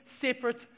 separate